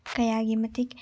ꯀꯌꯥꯒꯤ ꯃꯇꯤꯛ